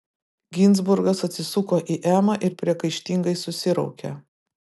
ginzburgas atsisuko į emą ir priekaištingai susiraukė